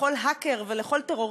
לכל האקר ולכל טרוריסט,